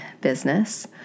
business